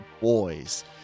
boys